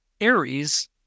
Aries